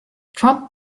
trump